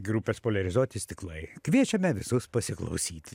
grupės poliarizuoti stiklai kviečiame visus pasiklausyti